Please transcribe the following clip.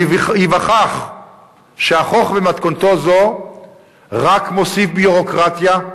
הוא ייווכח שהחוק במתכונתו זו רק מוסיף ביורוקרטיה,